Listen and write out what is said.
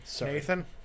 Nathan